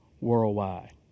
worldwide